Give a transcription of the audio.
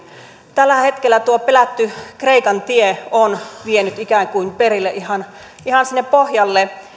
tällä hetkellä tuo pelätty kreikan tie on vienyt ikään kuin perille ihan ihan sinne pohjalle